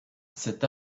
cet